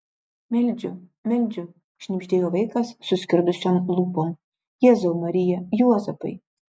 meldžiu meldžiu šnibždėjo vaikas suskirdusiom lūpom jėzau marija juozapai